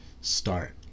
start